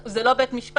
זה לא בית-משפט.